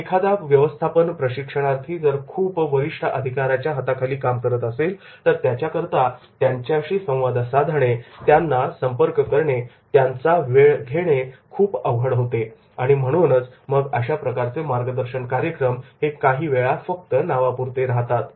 एखादा व्यवस्थापन प्रशिक्षणार्थी जर खूप वरिष्ठ अधिकाऱ्याच्या हाताखाली काम करत असेल तर त्याच्या करता त्यांच्याशी संवाद साधणे त्यांना संपर्क करणे त्यांचा वेळ घेणे ही खूप अवघड होते आणि मग अशा प्रकारचे मार्गदर्शन कार्यक्रम हे काहीवेळा फक्त नावापुरतेच राहतात